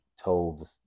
told